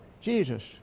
Jesus